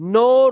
no